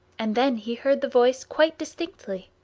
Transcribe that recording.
and then he heard the voice quite distinctly.